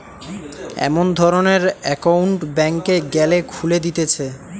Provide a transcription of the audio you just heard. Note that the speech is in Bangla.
এমন ধরণের একউন্ট ব্যাংকে গ্যালে খুলে দিতেছে